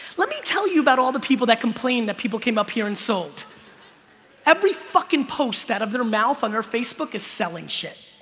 let me tell you about all the people that complain that people came up here and sold every fucking post out of their mouth on her facebook is selling shit